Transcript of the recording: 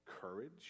courage